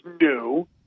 new